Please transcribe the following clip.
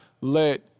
let